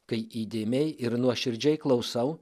kai įdėmiai ir nuoširdžiai klausau